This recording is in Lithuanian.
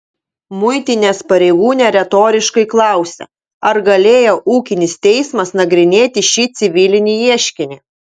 muitinės pareigūnė retoriškai klausia ar galėjo ūkinis teismas nagrinėti šį civilinį ieškinį